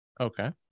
Okay